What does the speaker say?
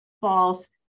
false